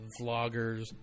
vloggers